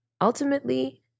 Ultimately